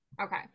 Okay